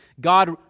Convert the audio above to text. God